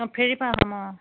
অঁ ফেৰী পাম অঁ